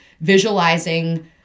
visualizing